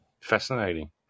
Fascinating